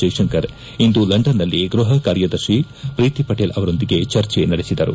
ಜೈಶಂಕರ್ ಇಂದು ಲಂಡನ್ ನಲ್ಲಿ ಗೃಹ ಕಾರ್ಯದರ್ಶಿ ಪ್ರೀತಿ ಪಟೇಲ್ ಅವರೊಂದಿಗೆ ಚರ್ಚೆ ನಡೆಸಿದರು